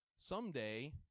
Someday